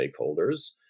stakeholders